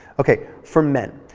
okay for men,